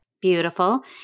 Beautiful